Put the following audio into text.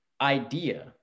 idea